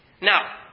Now